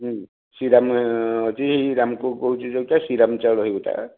ଶ୍ରୀରାମ ଅଛି ରାମକୋ କହୁଛି ଯୋଉଟା ଶ୍ରୀରାମ ଚାଉଳ ସେଇଟା